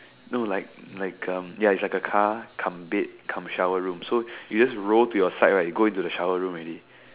no like like um ya it's like a car cum bed cum shower room so you just roll to your side right you go into the shower room already